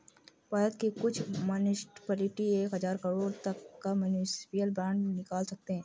भारत के कुछ मुन्सिपलिटी एक हज़ार करोड़ तक का म्युनिसिपल बांड निकाल सकते हैं